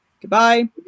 goodbye